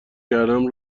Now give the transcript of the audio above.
کردم